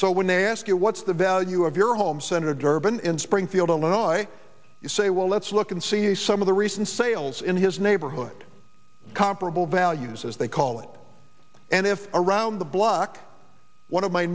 so when they ask you what's the value of your home senator durbin in springfield illinois you say well let's look and see some of the recent sales in his neighborhood comparable values as they call it and if around the block one of my